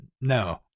No